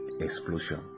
explosion